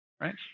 right